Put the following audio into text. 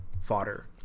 fodder